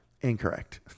incorrect